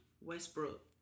Westbrook